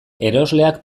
erosleak